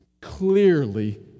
clearly